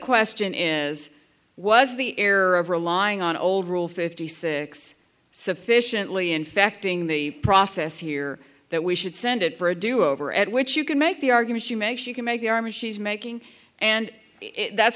question is was the error of relying on old rule fifty six sufficiently infecting the process here that we should send it for a do over at which you can make the argument you make you can make the army she's making and that's